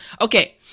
Okay